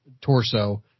torso